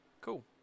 Cool